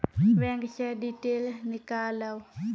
Bank से detail नीकालव?